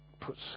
puts